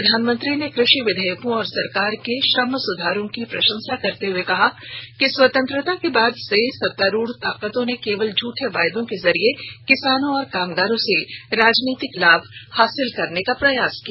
प्रधानमंत्री ने कृषि विधेयकों और सरकार के श्रम सुधारों की प्रशंसा करते हुए कहा कि स्वतंत्रता के बाद से सत्तारूढ ताकतों ने केवल झूठे वायदों के जरिए किसानों और कामगारों से राजनीतिक लाभ हासिल करने का प्रयास किया